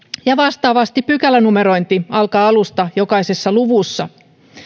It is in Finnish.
ja vastaavasti pykälänumerointi alkaa alusta jokaisessa luvussa